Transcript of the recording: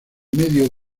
medio